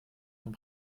vom